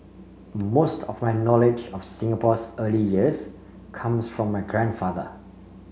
most of my knowledge of Singapore's early years comes from my grandfather